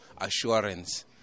assurance